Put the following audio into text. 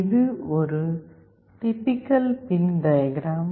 இது ஒரு typical pin diagram